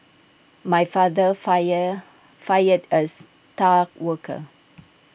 my father fired fired A star worker